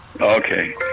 Okay